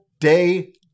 day